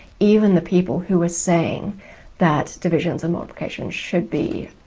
even the people who were saying that divisions and multiplications should be